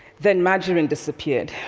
then margarine disappeared,